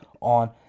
on